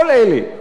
כל אלה,